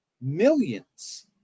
millions